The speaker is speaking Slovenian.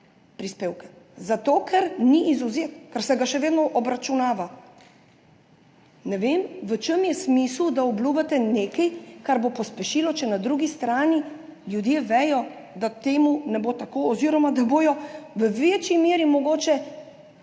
prispevke zato, ker ni izvzet, ker se ga še vedno obračunava. Ne vem, v čem je smisel, da obljubite nekaj, kar bo pospešilo, če na drugi strani ljudje vedo, da temu ne bo tako oziroma da bodo v večji meri mogoče